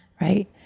Right